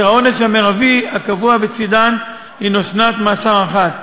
אשר העונש המרבי הקבוע בצדן הוא שנת מאסר אחת.